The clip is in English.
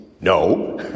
No